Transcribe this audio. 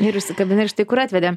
ir užsikabinai ir štai kur atvedė